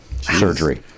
surgery